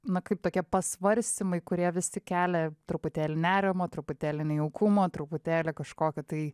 na kaip tokie pasvarstymai kurie vis tik kelia truputėlį nerimo truputėlį nejaukumo truputėlį kažkokio tai